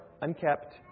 unkept